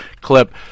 clip